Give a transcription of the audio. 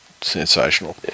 sensational